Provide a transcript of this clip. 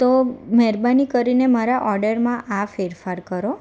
તો મહેરબાની કરીને મારા ઓડરમાં આ ફેરફાર કરો